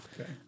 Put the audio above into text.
Okay